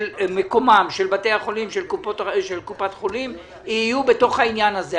מקומם של בתי החולים של קופת חולים יהיו בתוך העניין הזה.